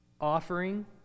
offering